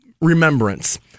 remembrance